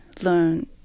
learn